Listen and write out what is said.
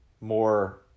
more